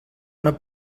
una